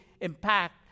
impact